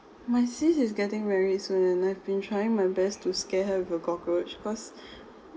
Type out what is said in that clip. my sis is getting married soon and I've been trying my best to scare her with a cockroach cause